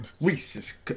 Reese's